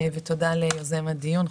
ותודה ליוזם הדיון,